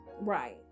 Right